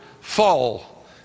fall